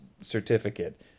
certificate